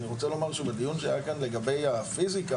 אני רוצה לומר שבדיון שהיה כאן לגבי הפיזיקה